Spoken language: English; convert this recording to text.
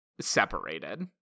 separated